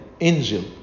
angel